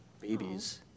babies